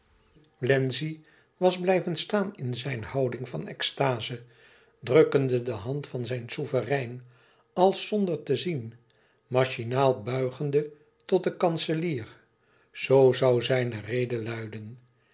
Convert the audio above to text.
wlenzci was blijven staan in zijn houding van extaze drukkende de hand van zijn souverein als zonder te zien machinaal buigende tot den kanselier zoo zoû zijne rede luiden